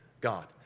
God